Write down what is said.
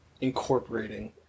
incorporating